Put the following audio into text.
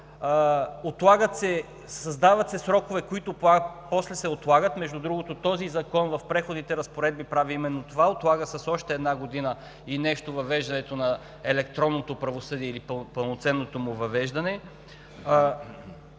създават се срокове, които после се отлагат. Между другото, този закон в Преходните разпоредби прави именно това – отлага с още година и нещо въвеждането на електронното правосъдие или пълноценното му въвеждане.